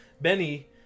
Benny